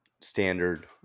standard